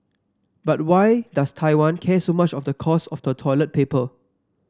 but why does Taiwan care so much of the cost of toilet paper